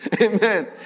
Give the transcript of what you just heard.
Amen